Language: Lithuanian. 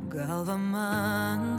galvą man